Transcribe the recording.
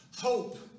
Hope